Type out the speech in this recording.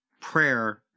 Prayer